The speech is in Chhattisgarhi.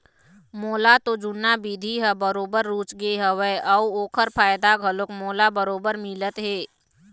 मोला तो जुन्ना बिधि ह बरोबर रुचगे हवय अउ ओखर फायदा घलोक मोला बरोबर मिलत हे